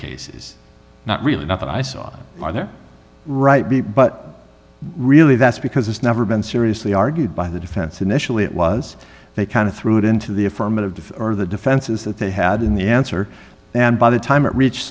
cases not really not that i saw either right b but really that's because it's never been seriously argued by the defense initially it was they kind of threw it into the affirmative or the defenses that they had in the answer and by the time it reached